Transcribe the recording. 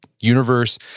universe